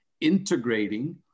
integrating